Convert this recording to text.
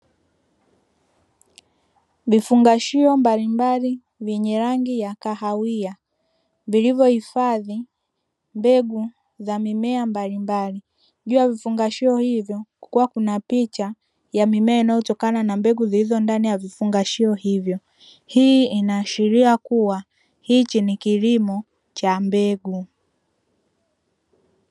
Vifungashio mbalimbali vyenye rangi ya kahawia vilivyo hifadhi mbegu za mimea mbalimbali juu ya vifungashio hivyo kukiwa kuna picha ya mimea inayotokana na mbegu zilizo ndani ya vifaungashio hivyo, hii ina ashiria kuwa hichi ni kilimo cha mbegu.